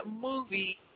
movie